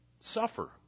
suffer